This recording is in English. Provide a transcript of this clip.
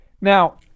now